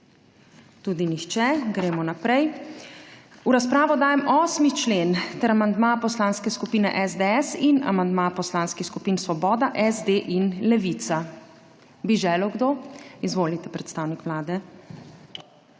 Tudi nihče. Gremo naprej. V razpravo dajem 8. člen ter amandma Poslanske skupine SDS in amandma Poslanskih skupin Svoboda, SD in Levica. Bi želel kdo? (Da.) Izvolite, predstavnik Vlade.